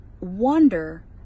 wonder